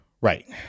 Right